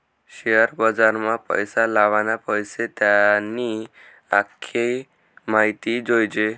share बजारमा पैसा लावाना पैले त्यानी आख्खी माहिती जोयजे